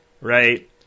right